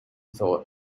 thought